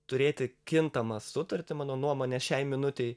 turėti kintamą sutartį mano nuomone šiai minutei